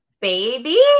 baby